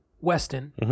Weston